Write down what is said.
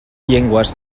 llengües